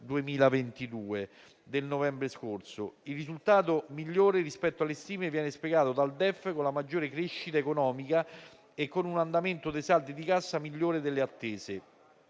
2022 del novembre scorso. Il risultato migliore rispetto alle stime viene spiegato dal DEF con la maggiore crescita economica e con un andamento dei saldi di cassa migliore delle attese.